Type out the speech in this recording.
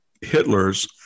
Hitler's